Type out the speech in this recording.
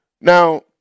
Now